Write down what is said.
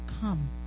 Come